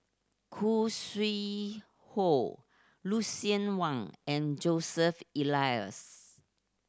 Khoo Sui Hoe Lucien Wang and Joseph Elias